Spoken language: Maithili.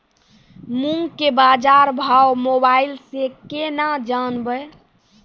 मूंग के बाजार भाव मोबाइल से के ना जान ब?